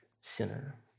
sinner